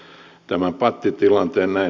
näin ei käynyt